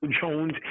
Jones